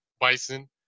bison